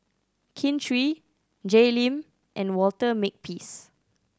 Kin Chui Jay Lim and Walter Makepeace